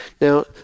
Now